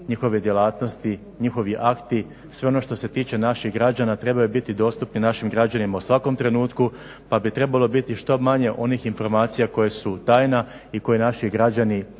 njihove djelatnosti, njihovi akti sve ono što se tiče naših građana, trebaju biti dostupni našim građanima u svakom trenutku, pa bi trebalo biti što manje onih informacija koje su tajna i koje naši građani